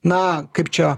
na kaip čia